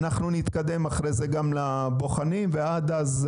אנחנו נתקדם אחרי זה גם לבוחנים ועד אז,